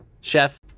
chef